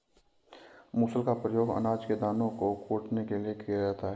मूसल का प्रयोग अनाज के दानों को कूटने के लिए किया जाता है